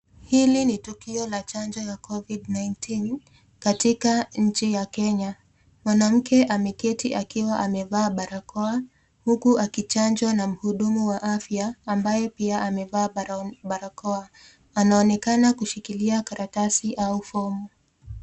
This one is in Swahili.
Hili ni tukio la chanjo ya COVID-19 katika nchi ya kenya mwanamke ameketi aikiwa amevaa barakoa huku akichanjwa na muhudumu wa afya ambaye pia amevaa barakoa, anaonekana kushikilia karatasi au fomu.